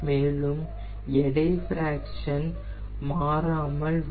மேலும் எடை ஃபிராக்சன் மாறாமல் வரும்